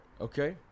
Okay